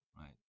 Right